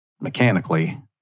mechanically